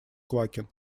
квакин